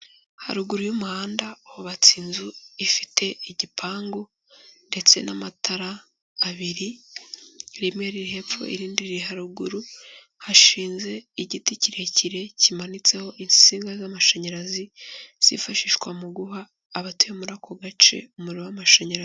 Haruguru y'umuhanda hubatse inzu ifite igipangu ndetse n'amatara abiri, rimwe riri hepfo, irindi riri haruguru, hashinze igiti kirekire kimanitseho insinga z'amashanyarazi zifashishwa mu guha abatuye muri ako gace umuriro w'amashanyarazi.